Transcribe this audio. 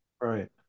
right